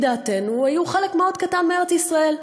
דעתנו היו חלק מאוד קטן מארץ-ישראל,